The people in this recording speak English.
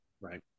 Right